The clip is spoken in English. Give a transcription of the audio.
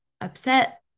upset